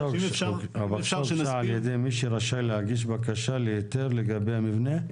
הבקשה הוגשה על-ידי מי שרשאי להגיש בקשה להיתר לגבי המבנה?